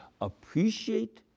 appreciate